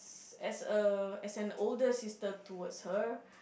as a as an older sister towards her